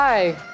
Hi